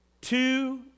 two